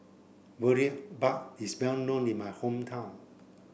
Boribap is well known in my hometown